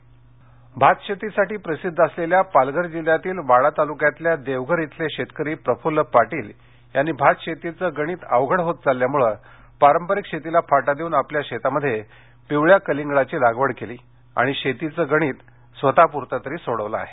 कलिंगड इंट्रो भातशेतीसाठी प्रसिद्ध असलेल्या पालघरजिल्ह्यातील वाडा तालुक्यातल्या देवघर इथले शेतकरी प्रफुल्ल पाटील यांनी भात शेतीचं गणित अवघड होत चालल्यामुळं पारंपरिक शेतीलाफाटा देऊन आपल्या शेतामध्ये पिवळ्या कलिंगडाची लागवड केली आणि शेतीचं गणित स्वतःपुरतं तरी सोडवलं आहे